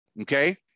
okay